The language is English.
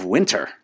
Winter